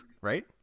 Right